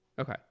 okay